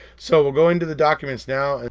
so we'll go into the documents now. and